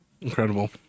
incredible